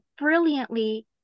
brilliantly